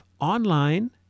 online